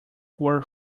were